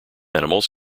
animals